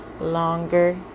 longer